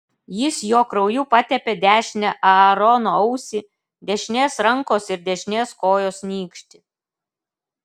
jis jo krauju patepė dešinę aarono ausį dešinės rankos ir dešinės kojos nykštį